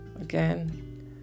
again